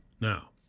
Now